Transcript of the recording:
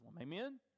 Amen